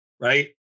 right